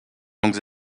langue